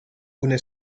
una